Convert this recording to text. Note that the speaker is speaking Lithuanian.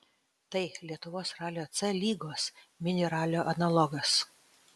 tai lietuvos ralio c lygos mini ralio analogas